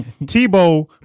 Tebow